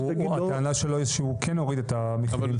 הטענה שלו שהוא כן הוריד את המחירים.